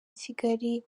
kigali